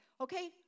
Okay